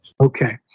Okay